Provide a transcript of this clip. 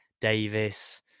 Davis